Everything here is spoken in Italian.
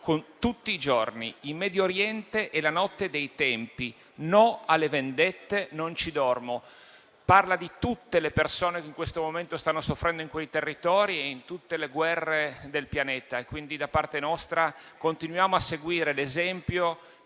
tutti i giorni. In Medio Oriente è la notte dei tempi, no alle vendette. Non ci dormo». Parla di tutte le persone che in questo momento stanno soffrendo in quei territori e di tutte le guerre del pianeta. Continuiamo quindi, da parte nostra, a seguire l'esempio